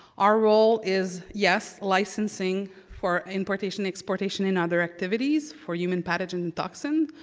our role is yes, licensing for importation exportation and other activities for human pathogen and toxins,